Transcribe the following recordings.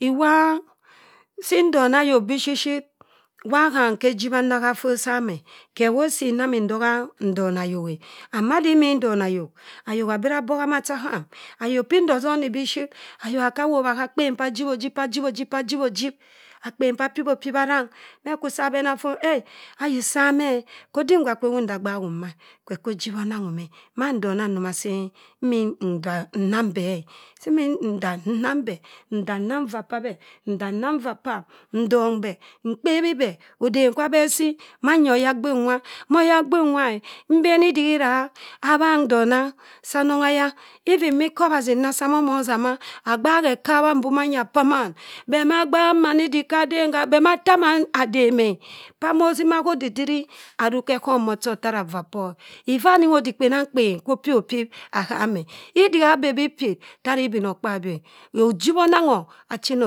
Iwan sim ndona ayok bishit shit. Waa ham khe ejibha nna ha for sam e. Khe wo sii nnami ntoha ndona ayok eh. And madi immi ndora ayok. ayok obora abogha macha ham. Ayok pa inso-soni biiship. ayok aka wobha gha akpen pa jibko ojib, pa jibho ojib, pa jibho ojib. Akpen pa apibho pib arang. Me kwa beh na fọn obi eh ayi sam e. Khe odik nwa kwe ewondo agbaghum mma kwe wo ojib onanghum e. Mando ndona simi nnang be eh. Simi ndam nnang beh, ndam nnang vaa p'abe, ndam nnang vaa pam. Ndong beh, mkpebhi beh odem kwa abeh sii manya oyaghin nwa e. Oyagbin nwa eh mbeni di ira, abhang ndona sa anongha aya even mii ikobhasi nda sa anongha aya even mii ikobhasi nda sa mo moh ossa ma agbahi ekabha mbo manya p'aman beh ma tah man idik khaden khaden. Beh ma tah man adem oh pa ama sima kha adidira aruk khe etomort chotara vaa pọr eh. Iffa aniong odik kpenangkpen kwo opybho pyib aham eh. Idi ho abe bii pyik tara ibinokpabi eh. Ojib onangho achina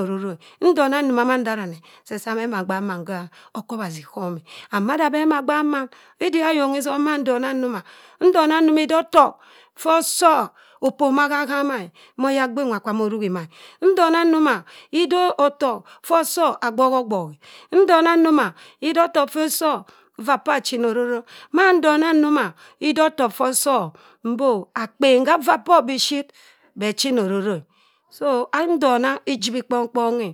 ororo eh. Ndona nnoma madana seh saa beh na gbak mann kha okobhasi ghọm eh. mada beh na gbak ma idi ho ayonghi itong ma ndona njoma, ndona nnoma ide otok ffo osoh opomah, haa hamma eh ma. ayagbin nwa kwu mo ruhima. Ndona nnoma ideh otok ffa osoh agboho ogboh, ndona njoma ideh otok ffa osoh idaa pọr achina ororo. Ma ndona nnoma ide otok ffa osoh mbo akpen ha vaa poh bishit echina ororo e. So nndona ijibni kponghe.